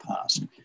past